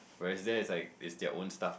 were is there is like is own stuff